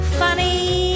funny